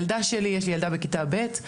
יש לי ילדה בכיתה ב'.